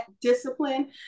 discipline